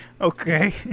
okay